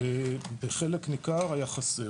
ובחלק ניכר היה חסר.